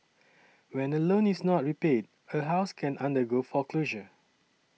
when a loan is not repaid a house can undergo foreclosure